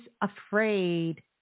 afraid